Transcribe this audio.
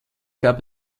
gab